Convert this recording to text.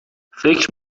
فکر